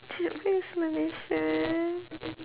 cicak man is malaysia